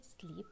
sleep